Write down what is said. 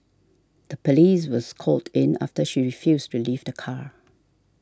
the police was called in after she refused to leave the car